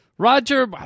Roger